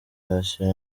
yakira